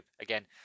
again